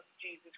Jesus